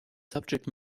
subject